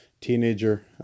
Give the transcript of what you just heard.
teenager